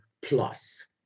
plus